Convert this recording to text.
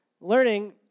learning